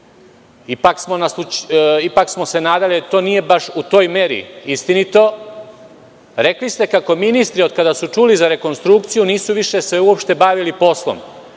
ipak smo se nadali da to nije baš u toj meri istinito. Rekli ste kako ministri, od kako su čuli za rekonstrukciju, nisu se više uopšte bavili poslom.